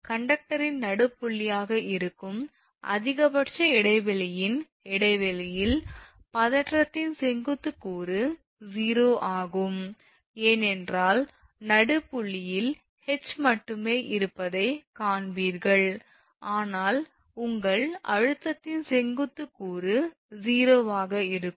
கடத்தியின் நடுப் புள்ளியாக இருக்கும் அதிகபட்ச இடைவெளியின் இடைவெளியில் பதற்றத்தின் செங்குத்து கூறு 0 ஆகும் ஏனென்றால் நடுப்புள்ளியில் 𝐻 மட்டுமே இருப்பதைக் காண்பீர்கள் ஆனால் உங்கள் அழுத்தத்தின் செங்குத்து கூறு 0 ஆக இருக்கும்